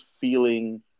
feeling